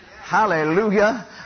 Hallelujah